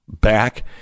back